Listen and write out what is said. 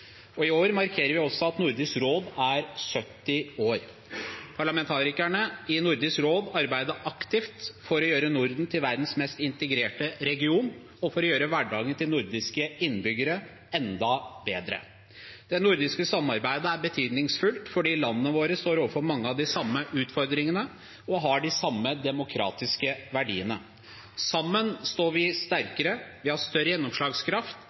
I år markerer vi også at Nordisk råd er 70 år. Parlamentarikerne i Nordisk råd arbeider aktivt for å gjøre Norden til verdens mest integrerte region og for å gjøre hverdagen til nordiske innbyggere enda bedre. Det nordiske samarbeidet er betydningsfullt fordi landene våre står overfor mange av de samme utfordringene og har de samme demokratiske verdiene. Sammen står vi sterkere, vi har større gjennomslagskraft